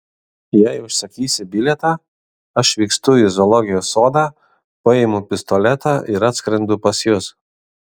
jei užsakysi bilietą aš vykstu į zoologijos sodą paimu pistoletą ir atskrendu pas jus